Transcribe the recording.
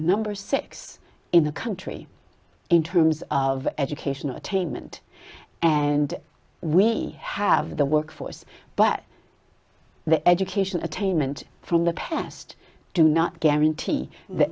number six in the country in terms of education attainment and we have the workforce but the education attainment from the past do not guarantee the